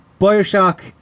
Bioshock